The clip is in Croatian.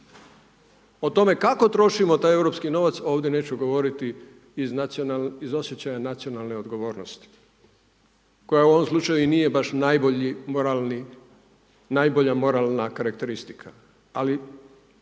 O tome kako trošimo taj europski novac ovdje neću govoriti iz osjećaja nacionalne odgovornosti koja u ovom slučaju i nije baš najbolji, moralni, najbolja